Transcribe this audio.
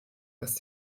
dass